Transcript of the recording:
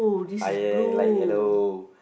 I like yellow